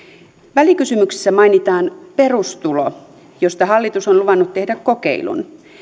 välikysymyksessä mainitaan perustulo josta hallitus on luvannut tehdä kokeilun